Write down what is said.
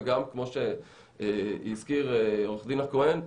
וגם כמו שהזכיר עורך הדין הכהן,